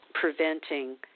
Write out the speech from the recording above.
preventing